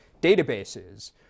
databases